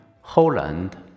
Holland